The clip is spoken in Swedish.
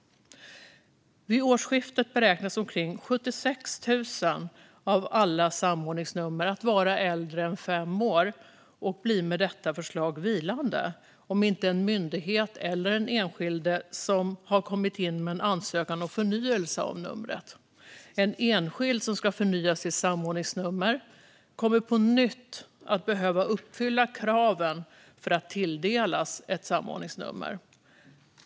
Vid årsskiftet beräknas omkring 76 000 av alla samordningsnummer vara äldre än fem år och blir med detta förslag vilande, om inte en myndighet eller den enskilde har kommit in med en ansökan om förnyelse av numret. En enskild som ska förnya sitt samordningsnummer kommer på nytt att behöva uppfylla kraven för att tilldelas ett samordningsnummer.